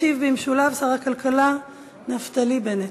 ישיב במשולב שר הכלכלה נפתלי בנט.